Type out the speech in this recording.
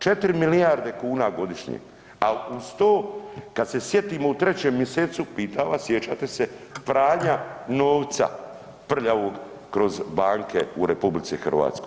4 milijarde kuna godišnje, a uz to kad se sjetimo u 3. mj., pitam vas, sjećate se, pranja novca, prljavog kroz banke u RH.